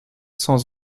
sans